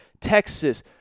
Texas